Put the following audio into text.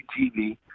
TV